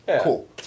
cool